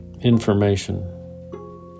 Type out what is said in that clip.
information